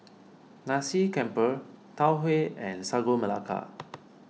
Nasi Campur Tau Huay and Sagu Melaka